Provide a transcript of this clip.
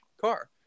car